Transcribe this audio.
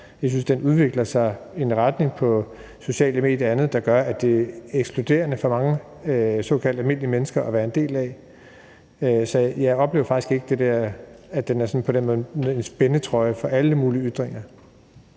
Jeg synes, debatten udvikler sig i en retning på sociale medier og andet, der gør, at det er ekskluderende for mange såkaldt almindelige mennesker at være en del af den. Så jeg oplever faktisk ikke det der med, at den på den måde er en spændetrøje for alle mulige ytringer.